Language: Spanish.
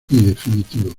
definitivo